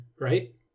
Right